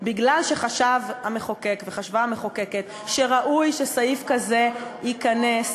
כי חשב המחוקק וחשבה המחוקקת שראוי שסעיף כזה ייכנס,